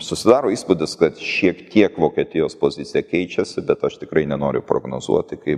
susidaro įspūdis kad šiek tiek vokietijos pozicija keičiasi bet aš tikrai nenoriu prognozuoti kaip